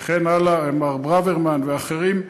וכן הלאה, עם מר ברוורמן ואחרים.